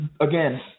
again